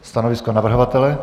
Stanovisko navrhovatele?